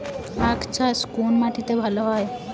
আখ চাষ কোন মাটিতে ভালো হয়?